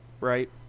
right